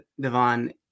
Devon